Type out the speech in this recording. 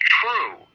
true